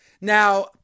Now